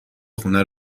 خونه